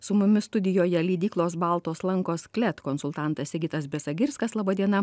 su mumis studijoje leidyklos baltos lankos klet konsultantas sigitas besagirskas laba diena